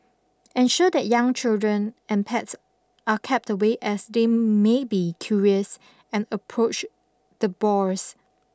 ensure that young children and pets are kept away as they may be curious and approach the boars